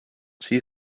she